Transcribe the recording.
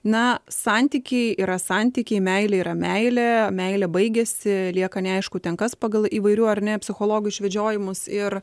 na santykiai yra santykiai meilė yra meilė meilė baigiasi lieka neaišku ten kas pagal įvairių ar ne psichologų išvedžiojimus ir